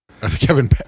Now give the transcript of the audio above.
Kevin